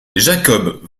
jacob